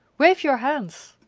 wave your hands!